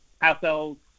households